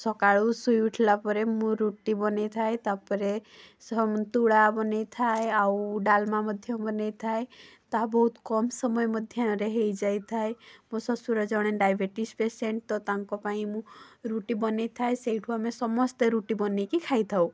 ସକାଳୁ ସୁଈ ଉଠିଲା ପରେ ମୁଁ ରୁଟି ବନେଇ ଥାଏ ତାପରେ ସନ୍ତୁଳା ବନେଇ ଥାଏ ଆଉ ଡାଲମା ମଧ୍ୟ ବନେଇ ଥାଏ ତାହା ବହୁତ କମ ସମୟ ମଧ୍ୟରେ ହେଇଯାଇ ଥାଏ ମୋ ଶଶୁର ଜଣେ ଡାଇବେଟିସ୍ ପେସେଣ୍ଟ୍ ତ ତାଙ୍କ ପାଇଁ ମୁଁ ରୁଟି ବନେଇ ଥାଏ ସେଇଠୁ ଆମେ ସମସ୍ତେ ରୁଟି ବନେଇକି ଖାଇ ଥାଉ